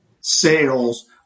Sales